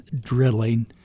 drilling